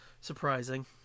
surprising